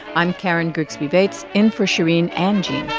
i'm karen grigsby bates, in for shereen and gene